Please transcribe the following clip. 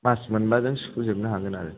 मास मोनबाजों सुख'जोबनो हागोन आरो